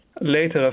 later